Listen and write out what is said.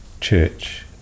Church